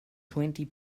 twenty